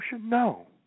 No